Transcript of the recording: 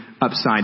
upside